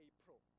April